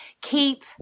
keep